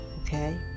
okay